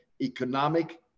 economic